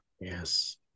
Yes